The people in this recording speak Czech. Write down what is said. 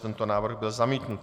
Tento návrh byl zamítnut.